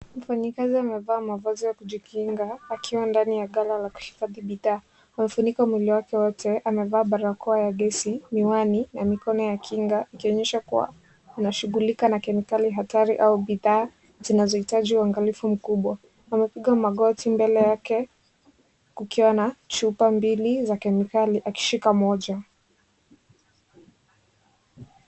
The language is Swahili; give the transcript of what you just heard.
Mfanyikazi amevaa mavazi ya kujikinga akiwa ndani ya ghala la kuhifadhi bidhaa . Amefunika mwili wake wote anavaa barakoa ya gesi , miwani na mikono ya kinga akionyesha kuwa anashughulika na kemikali hatari au bidhaa zinazohitaji uangalifu mkubwa . Amepiga magoti mbele yake kukiwa na chupa mbili za kemikali akishikia moja.